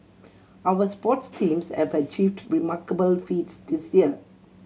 our sports teams have achieved remarkable feats this year